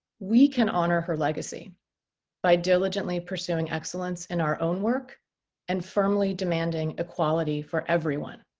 we can honor her legacy by diligently pursuing excellence in our own work and firmly demanding equality for everyone.